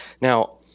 Now